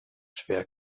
schwer